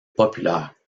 populaire